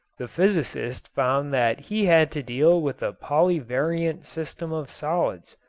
the physicist found that he had to deal with a polyvariant system of solids,